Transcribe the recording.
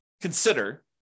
consider